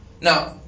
Now